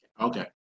Okay